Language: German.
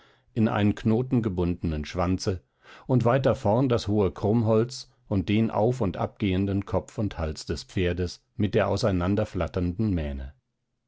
in einen knoten gebundenen schwanze und weiter vorn das hohe krummholz und den auf und ab gehenden kopf und hals des pferdes mit der auseinanderflatternden mähne